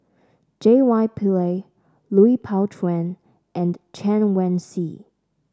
J Y Pillay Lui Pao Chuen and Chen Wen Hsi